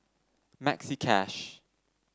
Maxi Cash